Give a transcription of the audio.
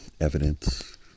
evidence